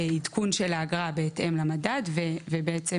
ובעצם,